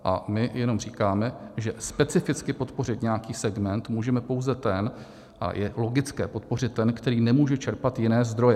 A my jenom říkáme, že specificky podpořit nějaký segment můžeme pouze ten a je logické podpořit ten, který nemůže čerpat jiné zdroje.